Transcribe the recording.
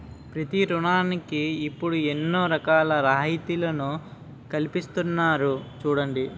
ప్రతి ఋణానికి ఇప్పుడు ఎన్నో రకాల రాయితీలను కల్పిస్తున్నారు చూడండి